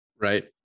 Right